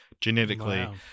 genetically